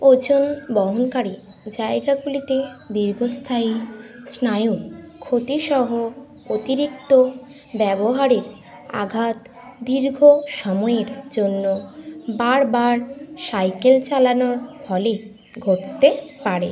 ওজন বহনকারী জায়গাগুলিতে দীর্ঘস্থায়ী স্নায়ুর ক্ষতি সহ অতিরিক্ত ব্যবহারের আঘাত দীর্ঘ সময়ের জন্য বারবার সাইকেল চালানোর ফলে ঘটতে পারে